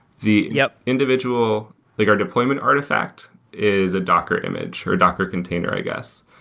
the yeah individual like our deployment artifacts is docker image, or docker container, i guess.